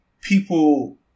people